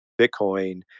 Bitcoin